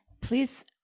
please